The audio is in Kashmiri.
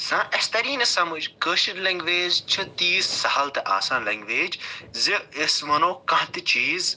اَسہِ تَری نہٕ سَمجھ کٲشِر لٮ۪نٛگوٮ۪ج چھِ تیٖژ سہَل تہٕ آسان لٮ۪نٛگوٮ۪ج زِ یۄس وَنو کانہہ تہِ چیٖز